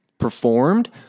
performed